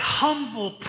humble